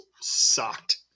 sucked